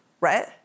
right